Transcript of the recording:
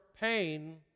pain